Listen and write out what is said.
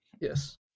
yes